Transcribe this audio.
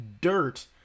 dirt